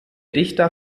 dichter